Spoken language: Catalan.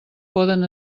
poden